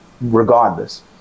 Regardless